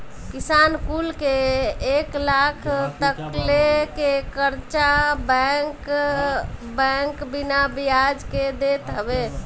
किसान कुल के एक लाख तकले के कर्चा बैंक बिना बियाज के देत हवे